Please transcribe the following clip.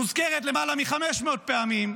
מוזכרת למעלה מ-500 פעמים,